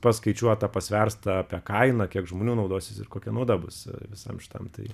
paskaičiuota pasverta apie kainą kiek žmonių naudosis ir kokia nauda bus visam šitam tai